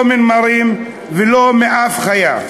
לא מנמרים ולא משום חיה.